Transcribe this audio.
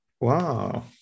Wow